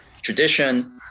tradition